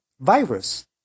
virus